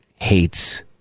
hates